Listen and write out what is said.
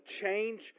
change